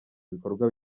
ibikorwa